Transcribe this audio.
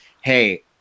hey –